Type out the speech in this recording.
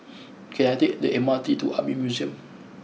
can I take the M R T to Army Museum